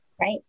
right